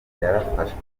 yarafashwe